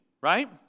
right